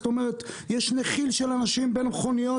זאת אומרת יש נחיל של אנשים בין המכוניות,